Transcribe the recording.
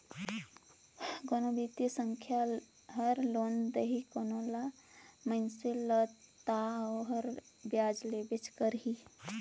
कोनो बित्तीय संस्था हर लोन देही कोनो मइनसे ल ता ओहर बियाज लेबे करही